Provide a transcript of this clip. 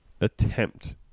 attempt